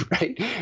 right